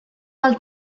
pel